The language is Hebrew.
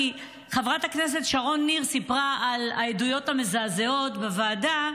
כי חברת הכנסת שרון ניר סיפרה על העדויות המזעזעות בוועדה.